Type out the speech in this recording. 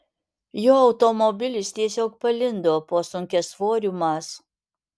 jo automobilis tiesiog palindo po sunkiasvoriu maz